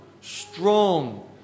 strong